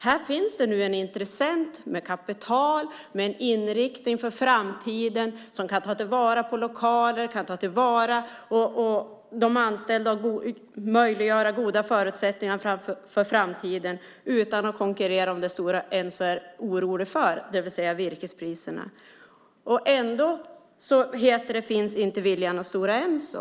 Här finns det en intressent med kapital, med en inriktning för framtiden, som kan ta vara på lokaler och anställda och möjliggöra goda förutsättningar för framtiden utan att konkurrera med det Stora Enso är orolig för, det vill säga virkespriserna. Ändå finns inte viljan hos Stora Enso.